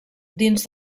dins